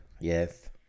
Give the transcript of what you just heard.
Yes